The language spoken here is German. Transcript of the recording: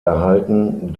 erhalten